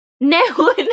No